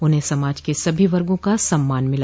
उन्हें समाज के सभी वर्गो का सम्मान मिला